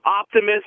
optimism